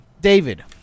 David